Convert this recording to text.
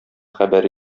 хәбәр